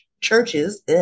Churches